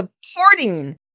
supporting